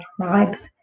tribes